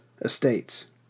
estates